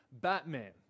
Batman